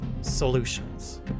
solutions